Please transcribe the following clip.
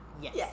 yes